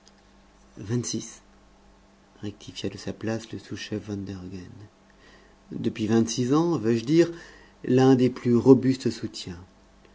rectifia de sa place le sous-chef van der hogen depuis vingt-six ans veux-je dire l'un des plus robustes soutiens